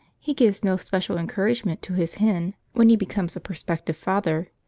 he gives no special encouragement to his hen when he becomes a prospective father,